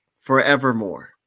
forevermore